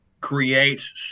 creates